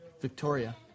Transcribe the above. Victoria